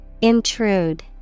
Intrude